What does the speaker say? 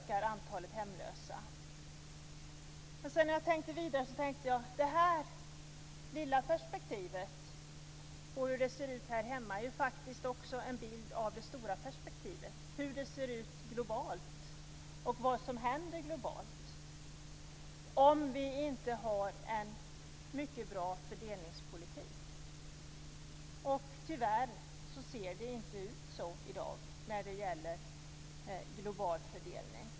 När jag sedan tänkte vidare tänkte jag att det här lilla perspektivet - hur det ser ut här hemma - faktiskt också är en bild av det stora perspektivet - hur det ser ut globalt och vad som händer globalt om vi inte har en mycket bra fördelningspolitik. Tyvärr ser det inte så ut i dag när det gäller global fördelning.